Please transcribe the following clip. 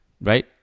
right